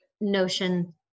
notion